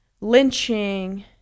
lynching